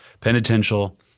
penitential